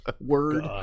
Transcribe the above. Word